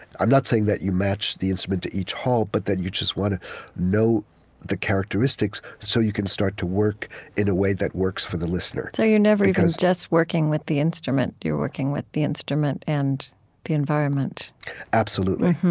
i'm not saying that you match the instrument to each hall, but that you just want to know the characteristics so you can start to work in a way that works for the listener so you're never even just working with the instrument. you're working with the instrument and the environment absolutely.